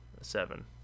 Seven